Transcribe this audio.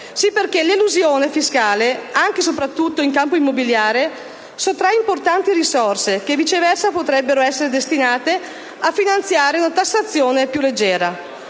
Sì, perché l'elusione fiscale, anche e soprattutto in campo immobiliare, sottrae importanti risorse che, viceversa, potrebbero essere destinate a finanziare una tassazione più leggera.